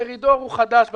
מרידור הוא חדש בתפקיד.